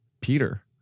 Peter